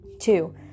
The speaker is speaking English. Two